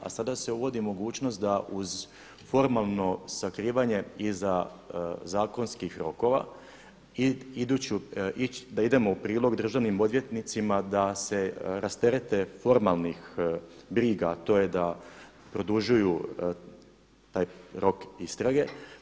A sada se uvodi mogućnost da uz formalno sakrivanje iza zakonskih rokova da idemo u prilog državnim odvjetnicima da se rasterete formalnih briga a to je da produžuju taj rok istrage.